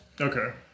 Okay